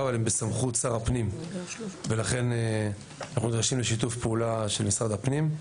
אבל הן בסמכות שר הפנים ולכן אנחנו נדרשים לשיתוף פעולה של משרד הפנים.